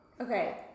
okay